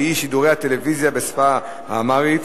שידורי הטלוויזיה בשפה האמהרית